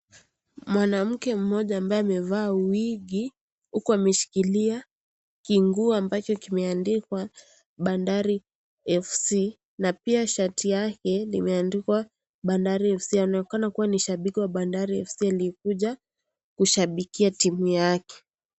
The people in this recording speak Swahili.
Mwanamke mmoja ambaye amevaa wigi huku ameshikilia kinguo ambacho kimeandikwa bandari FC na pia shati yake limeandikwa bandari FC . Aonekana kuwa ni shabiki wa bandari FC aliyekuja kushabikia timu yake.